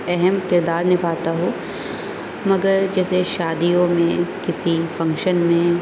اہم کردار نبھاتا ہو مگر جیسے شادیوں میں کسی فنکشن میں